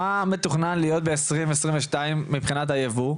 מה מתוכנן להיות בשנת 2022 מבחינת הייבוא?